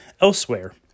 elsewhere